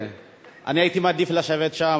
אני הייתי מעדיף לשבת שם,